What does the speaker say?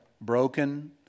broken